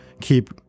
keep